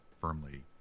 firmly